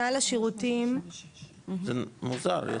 סל השירותים --- שנייה,